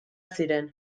ziren